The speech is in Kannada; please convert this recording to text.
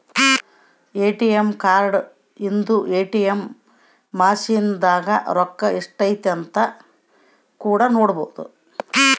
ಎ.ಟಿ.ಎಮ್ ಕಾರ್ಡ್ ಇಂದ ಎ.ಟಿ.ಎಮ್ ಮಸಿನ್ ದಾಗ ರೊಕ್ಕ ಎಷ್ಟೈತೆ ಅಂತ ಕೂಡ ನೊಡ್ಬೊದು